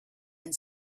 and